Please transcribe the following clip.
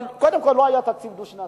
אבל קודם כול זה לא היה תקציב דו-שנתי.